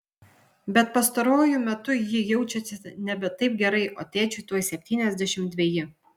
bet pastaruoju metu ji jaučiasi nebe taip gerai o tėčiui tuoj septyniasdešimt dveji